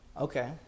Okay